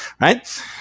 right